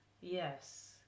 yes